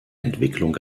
entwicklung